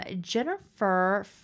Jennifer